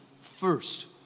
first